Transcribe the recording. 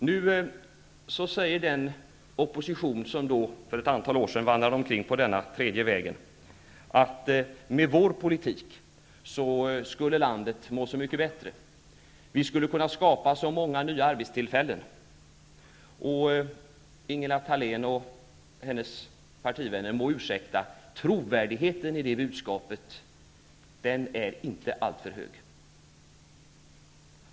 Nu säger den opposition som för ett antal år sedan vandrade omkring på denna tredje väg, att ''med vår politik skulle landet må så mycket bättre, och vi skulle kunna skapa så många nya arbetstillfällen''. Ingela Thalén och hennes partivänner må ursäkta, men trovärdigheten i det budskapet är inte alltför hög.